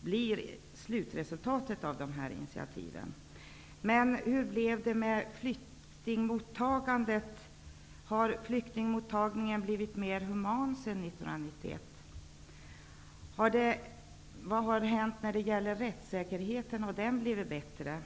blir slutresultatet av de initiativen. Men hur blev det med flyktingmottagandet? Har det blivit mer humant sedan 1991? Vad har hänt när det gäller rättssäkerheten? Har den blivit bättre?